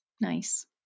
nice